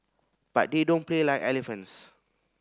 but they don't play like elephants